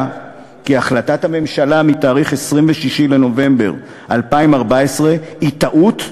כי החלטת הממשלה מתאריך 26 בנובמבר 2014 היא טעות,